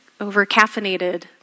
over-caffeinated